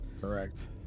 Correct